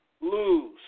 lose